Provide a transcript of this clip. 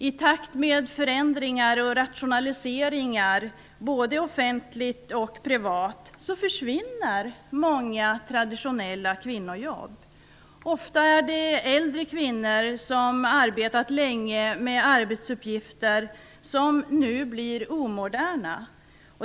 I takt med förändringar och rationaliseringar, både på det offentliga och på det privata området, försvinner många traditionella kvinnojobb. Det gäller ofta äldre kvinnor, som har arbetat länge med arbetsuppgifter som nu blir omoderna.